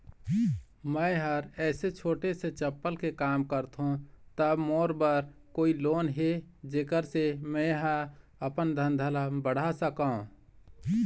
मैं हर ऐसे छोटे से चप्पल के काम करथों ता मोर बर कोई लोन हे जेकर से मैं हा अपन धंधा ला बढ़ा सकाओ?